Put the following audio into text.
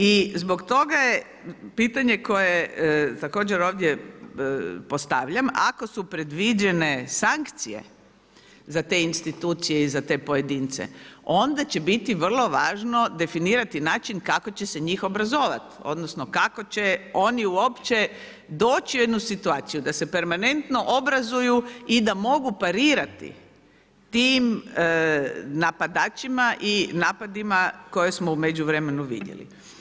I zbog toga je pitanje koje također ovdje postavljam, ako su predviđene sankcije za te institucije i za te pojedince onda će biti vrlo važno definirati način kako će se njih obrazovati, odnosno kako će oni uopće doći u jednu situaciju da se permanentno obrazuju i da mogu parirati tim napadačima i napadima koje smo u međuvremenu vidjeli.